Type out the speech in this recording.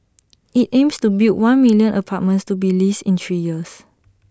IT aims to build one million apartments to be leased in three years